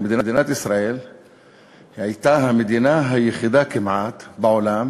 או מדינת ישראל הייתה המדינה היחידה כמעט בעולם